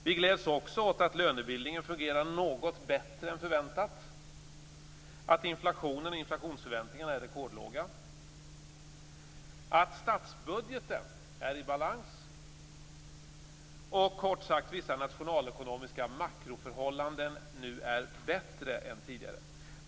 Vi gläds också åt att lönebildningen fungerar något bättre än förväntat, att inflationen och inflationsförväntningarna är rekordlåga, att statsbudgeten är i balans och kort sagt att vissa nationalekonomiska makroförhållanden nu är bättre än tidigare.